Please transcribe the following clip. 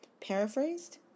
paraphrased